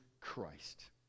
Christ